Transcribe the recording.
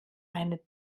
eine